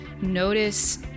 notice